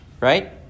right